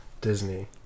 disney